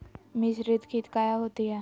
मिसरीत खित काया होती है?